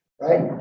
right